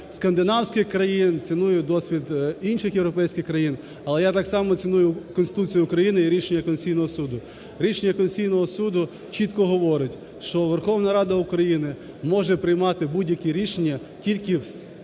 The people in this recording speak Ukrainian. скандинавських країн, ціную досвід інших європейських країн, але я так само ціную Конституцію України і рішення Конституційного Суду. Рішення Конституційного Суду чітко говорить, що Верховна Рада України може приймати будь-які рішення тільки в залі,